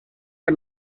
per